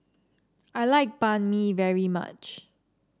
I like Banh Mi very much